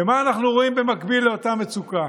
ומה אנחנו רואים במקביל לאותה מצוקה?